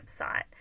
website